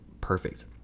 perfect